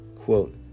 quote